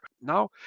Now